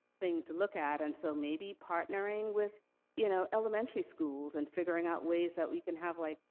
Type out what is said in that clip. thing to look at. and so maybe partnering with you know elementary schools, and figuring out ways that we can have, like,